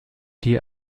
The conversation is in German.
die